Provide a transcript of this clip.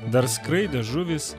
dar skraidė žuvys